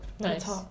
Nice